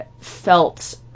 felt